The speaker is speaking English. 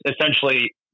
essentially